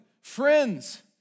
friends